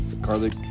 Garlic